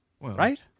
Right